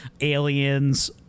Aliens